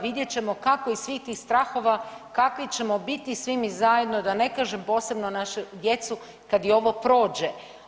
Vidjet ćemo kako iz svih tih strahova kakvi ćemo biti svi mi zajedno, da ne kažem posebno našu djecu kad i ovo prođe.